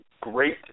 great